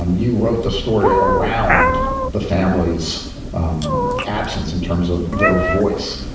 um you wrote the story around the family's um absence in terms of their voice.